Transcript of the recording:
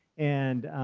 and